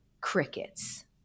crickets